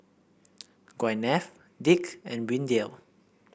Gwyneth Dick and Windell